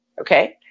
Okay